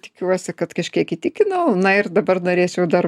tikiuosi kad kažkiek įtikinau na ir dabar norėčiau dar